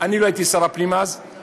אני לא הייתי שר הפנים אז,